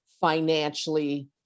financially